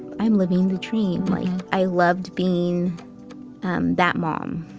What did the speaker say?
i'm living the dream. like i loved being that mom.